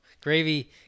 gravy